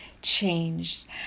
changed